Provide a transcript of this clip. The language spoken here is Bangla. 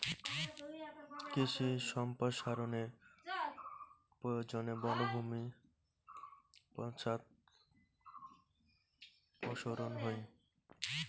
কৃষি সম্প্রসারনের প্রয়োজনে বনভূমি পশ্চাদপসরন হই